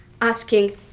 asking